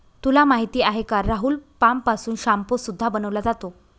तुला माहिती आहे का राहुल? पाम पासून शाम्पू सुद्धा बनवला जातो